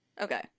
Okay